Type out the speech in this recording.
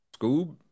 Scoob